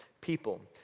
people